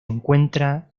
encuentra